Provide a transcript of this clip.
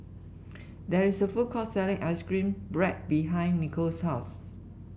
there is a food court selling ice cream bread behind Nicole's house